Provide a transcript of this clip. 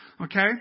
Okay